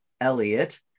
Elliot